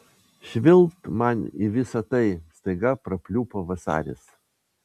švilpt man į visa tai staiga prapliupo vasaris